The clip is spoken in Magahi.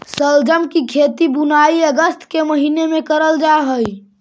शलजम की खेती बुनाई अगस्त के महीने में करल जा हई